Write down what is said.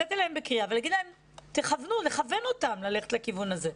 לצאת אליהם בקריאה ולכוון אותם ללכת לכיוון הזה.